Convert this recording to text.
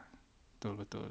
betul betul